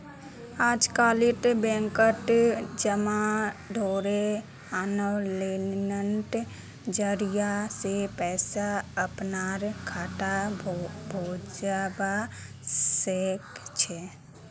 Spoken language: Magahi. अजकालित बैंकत जबा छोरे आनलाइनेर जरिय स पैसा अपनार खातात भेजवा सके छी